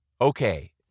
Okay